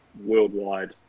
worldwide